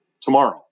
tomorrow